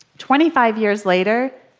twenty five years later,